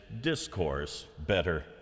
discourse-better